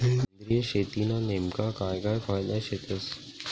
सेंद्रिय शेतीना नेमका काय काय फायदा शेतस?